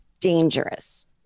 dangerous